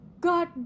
God